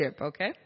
okay